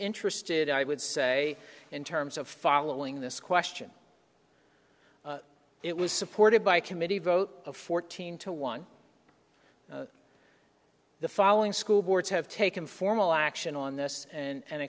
interested i would say in terms of following this question it was supported by a committee vote of fourteen to one the following school boards have taken formal action on this and